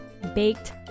baked